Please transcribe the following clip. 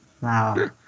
Wow